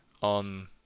on